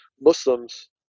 Muslims